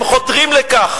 הם חותרים לכך